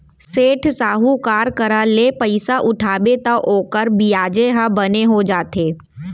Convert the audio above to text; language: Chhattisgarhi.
सेठ, साहूकार करा ले पइसा उठाबे तौ ओकर बियाजे ह बने हो जाथे